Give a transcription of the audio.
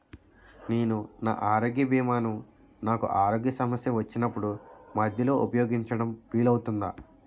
నేను నా ఆరోగ్య భీమా ను నాకు ఆరోగ్య సమస్య వచ్చినప్పుడు మధ్యలో ఉపయోగించడం వీలు అవుతుందా?